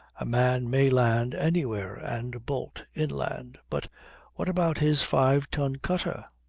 a man may land anywhere and bolt inland but what about his five-ton cutter?